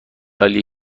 عالیه